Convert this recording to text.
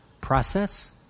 process